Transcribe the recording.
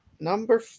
number